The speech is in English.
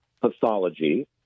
Pathology